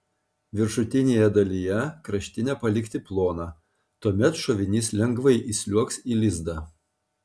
viršutinėje dalyje kraštinę palikti ploną tuomet šovinys lengvai įsliuogs į lizdą